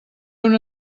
una